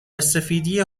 وسفیدی